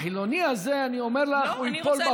החילוני הזה, אני אומר לך, הוא ייפול בפח.